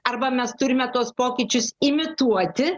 arba mes turime tuos pokyčius imituoti